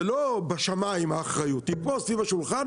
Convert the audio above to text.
האחריות היא לא בשמיים; היא פה, סביב השולחן.